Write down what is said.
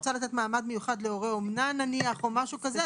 רוצה לתת מעמד מיוחד להורה אומנה נניח או משהו כזה.